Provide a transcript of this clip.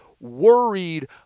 worried